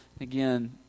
Again